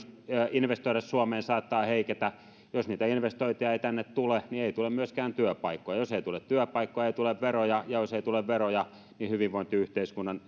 investoida suomeen saattaa heiketä jos niitä investointeja ei tänne tule niin ei tule myöskään työpaikkoja jos ei tule työpaikkoja ei tule veroja ja jos ei tule veroja niin hyvinvointiyhteiskunnan